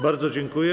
Bardzo dziękuję.